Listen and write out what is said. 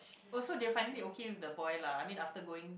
oh so they are finally okay with the boy lah I mean after going